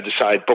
decide